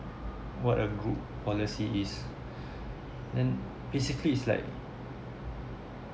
what a good policy is then basically it's like